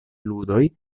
ludoj